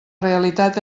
realitat